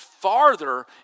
farther